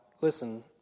listen